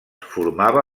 formava